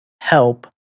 help